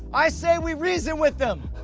i saw we reason with them!